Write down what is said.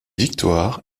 victoires